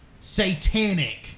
satanic